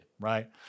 right